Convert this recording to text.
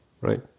right